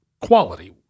quality